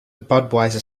budweiser